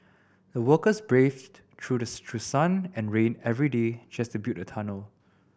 the workers braved through the sun and rain every day just to build the tunnel